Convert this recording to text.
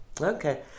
Okay